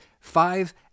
five